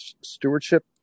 stewardship